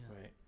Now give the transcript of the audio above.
right